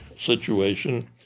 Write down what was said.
situation